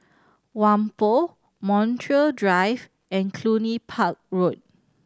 Whampoa Montreal Drive and Cluny Park Road